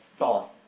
steam